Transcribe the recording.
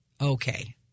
Okay